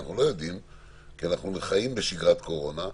אבל אנחנו לא יודעים כי אנחנו חיים בשגרת קורונה,